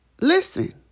Listen